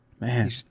man